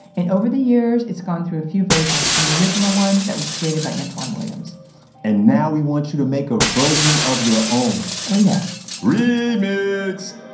and over the years, it's gone through a few versions, from the original one that was created by antwan williams and now we want you to make a version of your own oh yes remix!